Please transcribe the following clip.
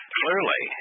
clearly